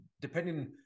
depending